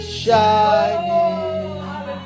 shining